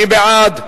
מי בעד?